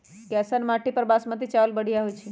कैसन माटी पर बासमती चावल बढ़िया होई छई?